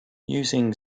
using